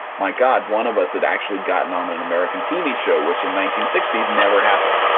my god, one of us had actually gotten on an american tv show, which in nineteen sixty s, never happened.